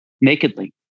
nakedly